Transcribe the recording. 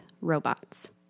robots